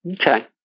Okay